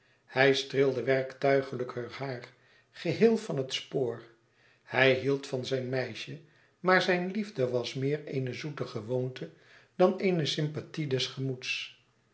hij streelde werktuigelijk heur haar geheel van het spoor hij hield van zijn meisje maar zijne liefde was meer eene zoete gewoonte dan eene sympathie des gemoeds